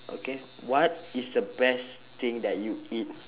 okay what is the best thing that you eat